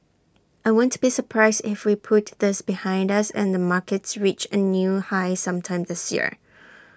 I won't be surprised if we put this behind us and the markets reach A new high sometime this year